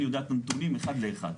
אני יודע את הנתונים אחד לאחד.